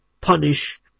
punish